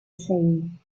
shame